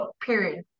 period